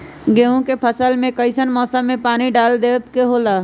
गेहूं के फसल में कइसन मौसम में पानी डालें देबे के होला?